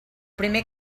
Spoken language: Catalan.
primer